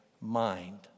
mind